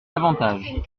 avantages